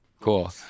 Cool